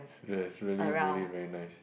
it has really really very nice